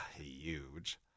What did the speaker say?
huge